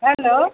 hello